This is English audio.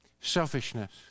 Selfishness